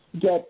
get